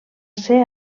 ser